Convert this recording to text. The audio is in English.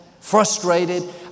frustrated